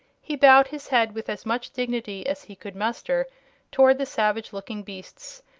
he bowed his head with as much dignity as he could muster toward the savage looking beasts,